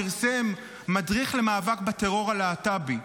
פרסם מדריך למאבק בטרור הלהט"בי,